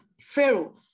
Pharaoh